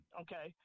okay